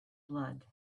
blood